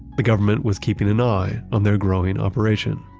the government was keeping an eye on their growing operation